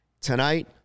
tonight